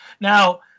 now